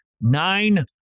nine